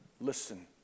listen